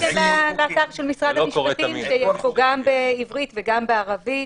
באתר של משרד המשפטים יש גם בעברית וגם בערבית,